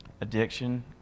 Addiction